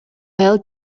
аял